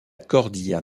cordillère